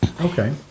Okay